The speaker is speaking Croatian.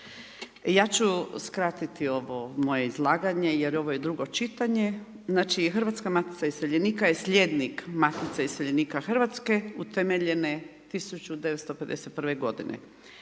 ja ću skratiti ovo moje izlaganje, jer ovo je drugo čitanje. Znači Hrvatska matica iseljenika je slijednik Matice iseljenika Hrvatske utemeljene 1951. g.